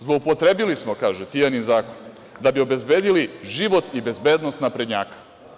Zloupotrebili smo, kaže, Tijanin zakon da bi obezbedili život i bezbednost naprednjaka.